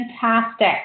Fantastic